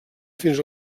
fins